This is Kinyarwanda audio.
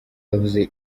yavuze